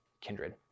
Kindred